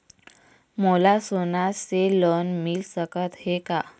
मोला सोना से लोन मिल सकत हे का?